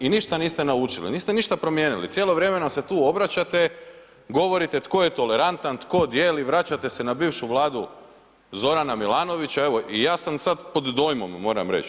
I ništa niste naučili, niste ništa promijenili, cijelo vrijeme nam se tu obraćate, govorite tko je tolerantan, tko dijeli, vraćate se na bivšu Vladu Zorana Milanovića i evo, ja sam sad pod dojmom, moram reći.